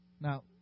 Now